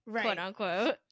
quote-unquote